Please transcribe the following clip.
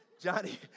Johnny